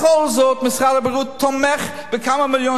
בכל זאת משרד הבריאות תומך בכמה מיליון